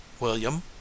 william